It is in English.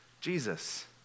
Jesus